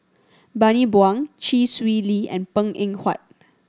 Bani Buang Chee Swee Lee and Png Eng Huat